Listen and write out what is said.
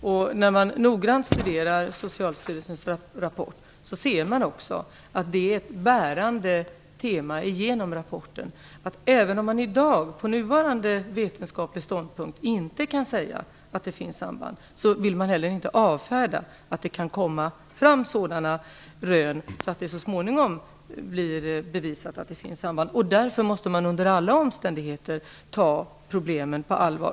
Om man noggrant studerar Socialstyrelsens rapport finner man att det är ett bärande tema i hela rapporten att även om man i dag, med nuvarande vetenskaplig ståndpunkt, inte kan säga att det finns ett samband, vill man inte avfärda att det kan komma fram sådana rön att det så småningom blir bevisat att det finns ett samband. Därför måste man under alla omständigheter ta problemen på allvar.